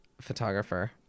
photographer